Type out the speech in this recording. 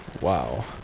Wow